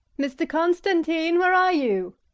mr. constantine, where are you?